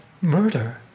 murder